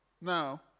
Now